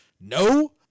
no